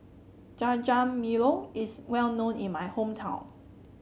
jajangmyeon is well known in my hometown